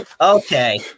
Okay